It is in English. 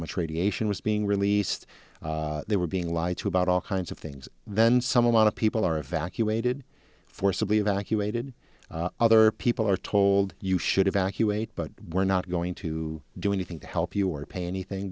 much radiation was being released they were being lied to about all kinds of things then some a lot of people are evacuated forcibly evacuated other people are told you should evacuate but we're not going to do anything to help you or pay anything